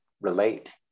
relate